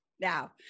Now